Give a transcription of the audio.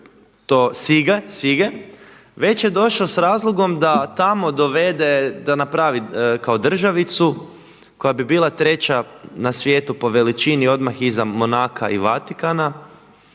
zove Sige, već je došao sa razlogom da tamo napravi državicu koja bi bila treća na svijetu po veličini odmah iza Monaca i Vatikana,